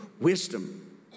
wisdom